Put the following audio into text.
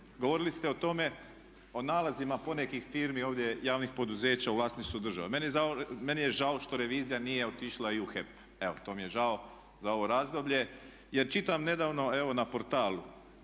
govorili ste o tome o nalazima ponekih firmi, ovdje javnih poduzeća u vlasništvu države. Meni je žao što revizija nije otišla i u HEP. Evo, to mi je žao za ovo razdoblje. Jer čitam nedavno ovo na Portal,